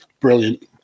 Brilliant